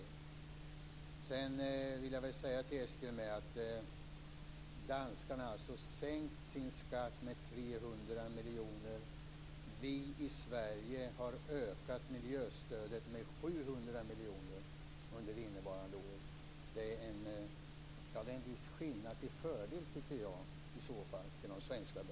Danskarna har sänkt sin skatt med 300 miljoner kronor, Eskil Erlandsson. Vi i Sverige har ökat miljöstödet med 700 miljoner kronor under innevarande år. Det är en viss skillnad till fördel för de svenska bönderna.